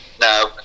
No